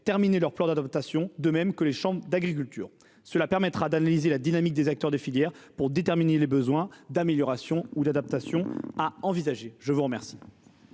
terminer leur plan d'adaptation, de même que les chambres d'agriculture. Cela permettra d'analyser la dynamique des acteurs des filières, pour déterminer les besoins d'amélioration ou d'adaptation à envisager. La parole